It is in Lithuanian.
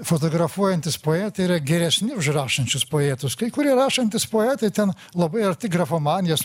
fotografuojantys poetai yra geresni už rašančius poetus kai kurie rašantys poetai ten labai arti grafomanijos